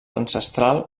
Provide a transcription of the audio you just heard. ancestral